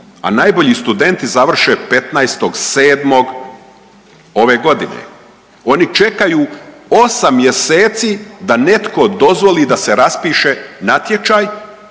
a najbolji studenti završe 15.7. ove godine. Oni čekaju 8 mjeseci da netko dozvoli da se raspiše natječaj